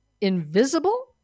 invisible